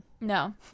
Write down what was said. No